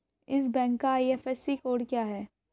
इस बैंक का IFSC code क्या है?